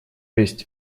есть